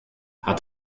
hat